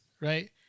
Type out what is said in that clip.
right